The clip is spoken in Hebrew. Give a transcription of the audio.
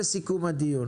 לסיכום הדיון